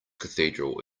cathedral